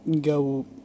go